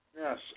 Yes